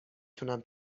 تونم